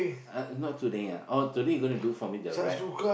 uh not today ah oh today you're gonna do for me the wrap